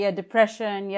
depression